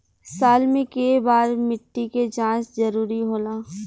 साल में केय बार मिट्टी के जाँच जरूरी होला?